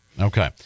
Okay